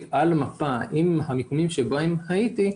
על מפה עם המיקומים שבהם הייתי,